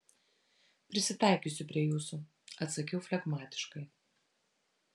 prisitaikysiu prie jūsų atsakiau flegmatiškai